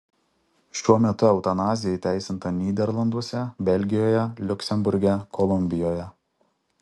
šiuo metu eutanazija įteisinta nyderlanduose belgijoje liuksemburge kolumbijoje